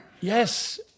Yes